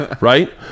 right